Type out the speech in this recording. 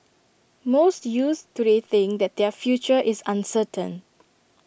most youths today think that their future is uncertain